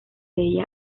ella